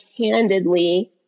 candidly